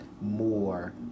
more